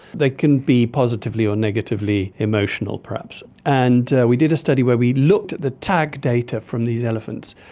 they can be positively or negatively emotional perhaps. and we did a study where we looked at the tag data from these elephants.